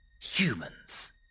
Humans